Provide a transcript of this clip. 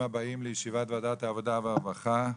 לישיבת ועדת העבודה והרווחה,